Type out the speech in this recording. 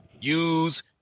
use